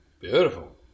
Beautiful